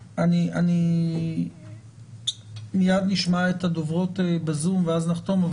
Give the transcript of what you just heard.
מיד אנחנו נשמע את הדוברות בזום ואז נחתום את הישיבה.